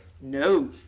No